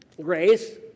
Grace